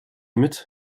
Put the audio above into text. mit